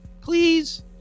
Please